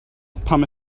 pam